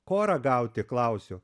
ko ragauti klausiu